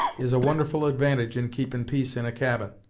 is a wonderful advantage in keepin' peace in a cabin,